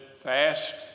fast